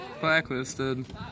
Blacklisted